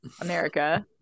america